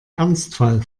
ernstfall